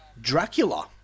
Dracula